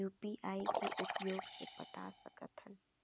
UPI के उपयोग से पटा सकथन